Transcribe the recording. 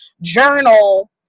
journal